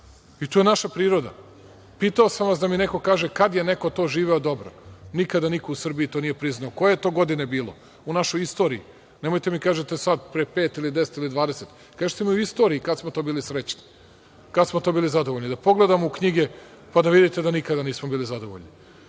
i to je naša priroda. Pitao sam vas da mi neko kaže kada je neko to živeo dobro? Nikada niko u Srbiji to nije priznao. Koje je to godine bilo u našoj istoriji? Nemojte da mi kažete sada pre pet, ili 10, ili 20 godina, kažite mi u istoriji, kada smo to bili srećni, kada smo to bili zadovoljni, da pogledamo u knjige, pa da vidite da nikada nismo bili zadovoljni. Ne